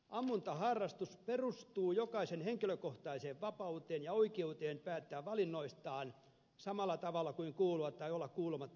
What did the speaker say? ammuntaharrastus perustuu jokaisen henkilökohtaiseen vapauteen ja oikeuteen päättää valinnoistaan samalla tavalla kuin kuulua tai olla kuulumatta yhdistyksiin